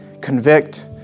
Convict